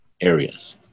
areas